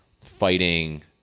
fighting